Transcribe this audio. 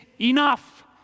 enough